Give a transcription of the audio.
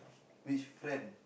which friend